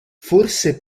forse